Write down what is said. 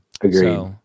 Agreed